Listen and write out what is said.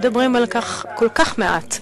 מדברים על כך כל כך מעט,